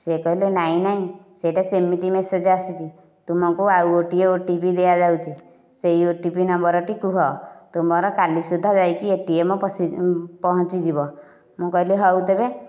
ସେ କହିଲେ ନାଇଁ ନାଇଁ ସେଇଟା ସେମିତି ମ୍ୟାସେଜ ଆସିଛି ତୁମକୁ ଆଉ ଗୋଟିଏ ଓଟିପି ଦିଆଯାଉଛି ସେଇ ଓଟିପି ନମ୍ବରଟି କୁହ ତୁମର କାଲି ସୁଧା ଯାଇକି ଏଟିଏମ ପଶିଯିବ ପହଞ୍ଚିଯିବ ମୁଁ କହିଲି ହେଉ ତେବେ